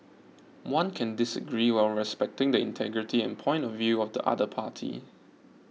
one can disagree while respecting the integrity and point of view of the other party